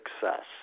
success